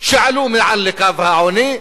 שעלו מעל לקו העוני,